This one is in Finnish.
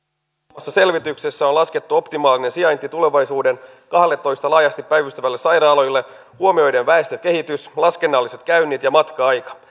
muassa sitran tilaamassa selvityksessä on laskettu optimaalinen sijainti tulevaisuuden kahdelletoista laajasti päivystävälle sairaalalle huomioiden väestökehitys laskennalliset käynnit ja matka aika